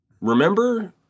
Remember